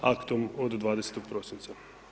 Aktom od 20. prosinca.